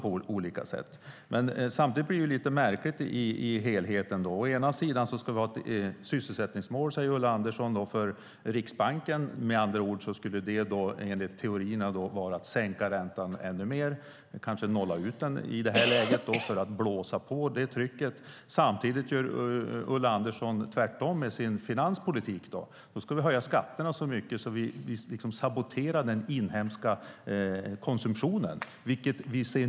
Helheten blir lite märklig när man ser på vad Ulla Andersson säger. Å ena sidan ska vi ha ett sysselsättningsmål för Riksbanken. Med andra ord skulle man då enligt teorierna sänka räntan ännu mer eller kanske nolla den för att öka trycket. Å andra sidan har Ulla Andersson en finanspolitik där man ska höja skatterna så mycket att man saboterar den inhemska konsumtionen.